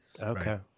Okay